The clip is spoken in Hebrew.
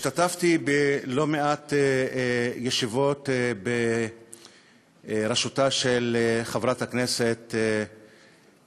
השתתפתי בלא מעט ישיבות בראשותה של חברת הכנסת